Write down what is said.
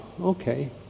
okay